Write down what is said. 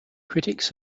critics